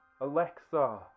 Alexa